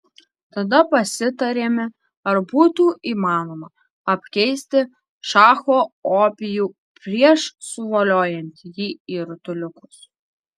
tada pasitarėme ar būtų įmanoma apkeisti šacho opijų prieš suvoliojant jį į rutuliukus